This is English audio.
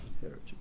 heritage